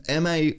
MA